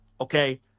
Okay